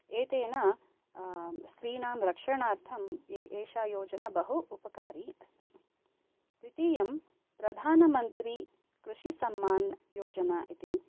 एतेन स्त्रीणां रक्षणार्थम् ए एषा योजना बहु उपकारि अस्ति द्वितीयं प्रधनामन्त्रिकृषिसम्मान् योजना इति